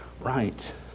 right